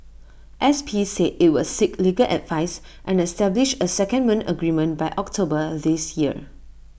S P said IT would seek legal advice and establish A secondment agreement by October this year